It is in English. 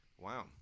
Wow